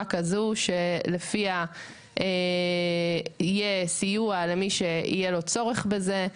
כזו לפיה יהיה סיוע למי שיהיה לו צורך בזה,